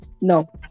No